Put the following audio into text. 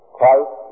Christ